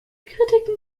kritiken